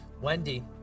Wendy